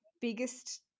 biggest